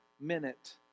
minute